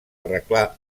arreglar